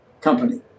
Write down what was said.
company